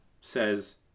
says